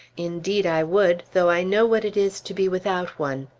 indeed i would, though i know what it is to be without one.